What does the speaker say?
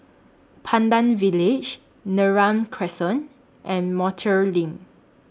Pandan Village Neram Crescent and Montreal LINK